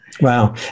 Wow